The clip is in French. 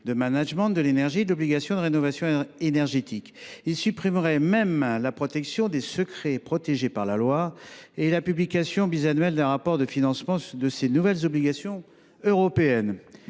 de management de l’énergie et l’obligation de rénovation énergétique. Il supprimerait même la mention des « secrets protégés par la loi » et la publication bisannuelle d’un rapport de financement relatif à ces nouvelles obligations européennes.